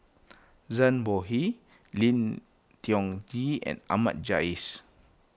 Zhang Bohe Lim Tiong Ghee and Ahmad Jais